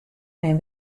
men